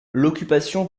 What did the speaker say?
l’occupation